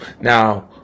Now